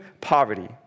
poverty